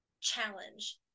challenge